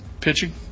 pitching